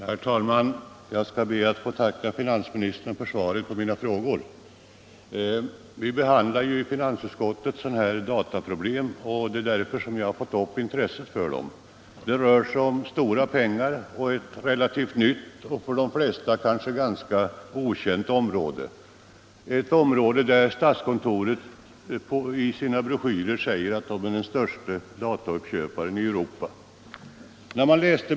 Herr talman! Jag ber att få tacka finansministern för svaret på mina frågor. Vi behandlar i finansutskottet dataproblem och det är därför mitt intresse för dem har väckts. Det rör sig om stora pengar och ett relativt nytt och för de flesta kanske ganska okänt område. Statskontoret säger sig i sina broschyrer vara den största datoruppköparen i Europa.